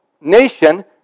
nation